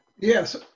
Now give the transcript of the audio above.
Yes